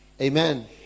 Amen